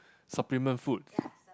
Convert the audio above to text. supplement food